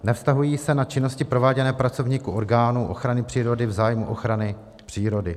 Nevztahují se na činnosti prováděné pracovníky orgánů ochrany přírody v zájmu ochrany přírody.